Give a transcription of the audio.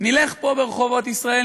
נלך פה ברחובות ישראל,